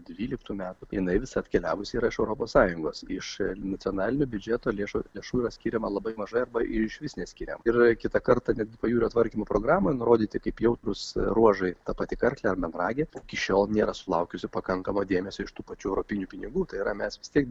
tryliktų metų jinai visa atkeliavusi iš europos sąjungos iš nacionalinio biudžeto lėšų ir šūvio skiriama labai mažai arba išvis neskiria ir kitą kartą net pajūrio tvarkymo programoj nurodyti kaip jautrūs ruožai ta pati karklė ar melragė iki šiol nėra sulaukusi pakankamo dėmesio iš tų pačių europinių pinigų tai yra mes vis tiek